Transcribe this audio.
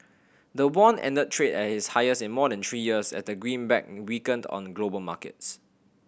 the won ended trade at its highest in more than three years as the greenback weakened on global markets